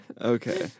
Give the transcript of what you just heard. Okay